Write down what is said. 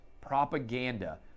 propaganda